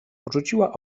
porzuciła